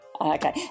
Okay